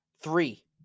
Three